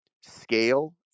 scale